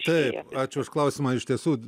taip ačiū už klausimą a iš tiesų